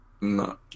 No